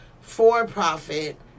for-profit